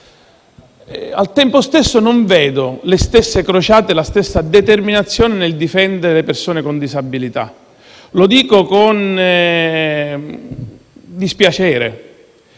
Al tempo stesso, non vedo le stesse crociate e la stessa determinazione nel difendere le persone con disabilità. Lo dico con dispiacere,